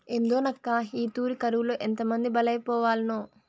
ఏందోనక్కా, ఈ తూరి కరువులో ఎంతమంది బలైపోవాల్నో